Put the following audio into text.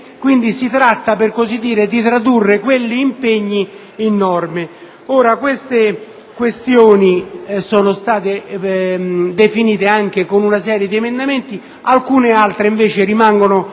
fine. Si tratta di tradurre quegli impegni in norme. Tali questioni sono state definite anche con una serie di emendamenti, alcune altre invece rimangono,